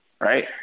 right